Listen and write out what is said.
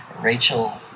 Rachel